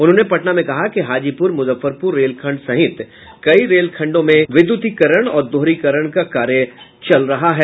उन्होंने पटना में कहा कि हाजीप्र मुजफ्फरपुर रेलखंड सहित कई रेलखंडों में विद्युतीकरण और दोहरीकरण का कार्य चल रहा है